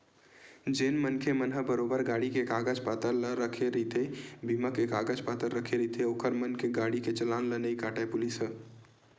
जेन मनखे मन ह बरोबर गाड़ी के कागज पतर ला रखे रहिथे बीमा के कागज पतर रखे रहिथे ओखर मन के गाड़ी के चलान ला नइ काटय पुलिस ह